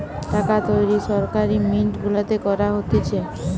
টাকা তৈরী সরকারি মিন্ট গুলাতে করা হতিছে